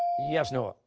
yes, noah?